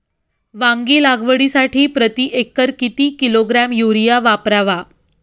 वांगी लागवडीसाठी प्रती एकर किती किलोग्रॅम युरिया वापरावा?